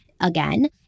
again